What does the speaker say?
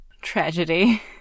tragedy